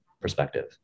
perspective